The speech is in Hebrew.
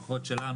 פחות שלנו,